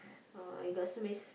oh you got so many s~